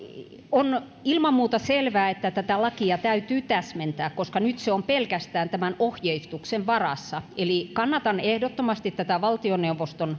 on ilman muuta selvää että tätä lakia täytyy täsmentää koska nyt se on pelkästään tämän ohjeistuksen varassa eli kannatan ehdottomasti tätä valtioneuvoston